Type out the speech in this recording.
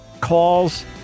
calls